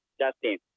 Justin